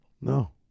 No